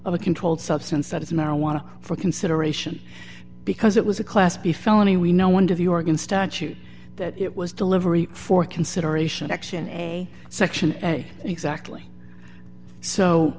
of a controlled substance that is marijuana for consideration because it was a class b felony we no wonder the oregon statute that it was delivery for consideration action a section exactly so